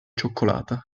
cioccolata